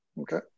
Okay